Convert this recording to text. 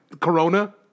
Corona